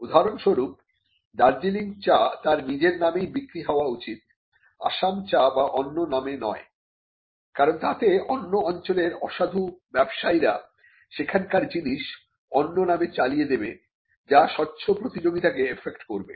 উদাহরণস্বরূপ দার্জিলিং চা তার নিজের নামেই বিক্রি হওয়া উচিত আসাম চা বা অন্য নামে নয় কারণ তাতে অন্য অঞ্চলের অসাধু ব্যবসায়ীরা সেখানকার জিনিস অন্য নামে চালিয়ে দেবে যা স্বচ্ছ প্রতিযোগিতাকে এফেক্ট করবে